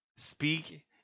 speak